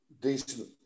Decent